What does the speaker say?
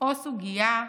או סוגיה,